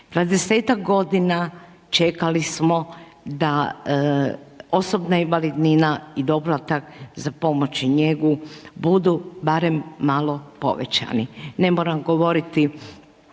20-tak godina čekali smo da osobna invalidnina i doplatak za pomoć i njegu budu barem malo povećani. Ne moram govoriti